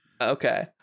Okay